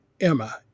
Emma